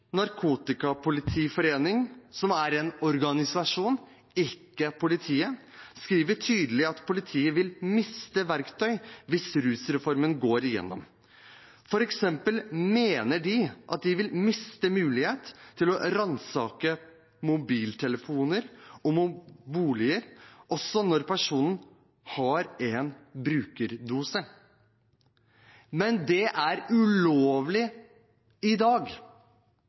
Narkotikapolitiforening, som er en organisasjon, ikke politiet, skriver tydelig at politiet vil miste verktøy hvis rusreformen går igjennom. For eksempel mener de at de vil miste muligheten til å ransake mobiltelefoner og boliger også når personen har en brukerdose. Men det er ulovlig i dag.